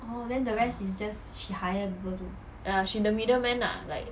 she the middle man lah like